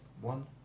One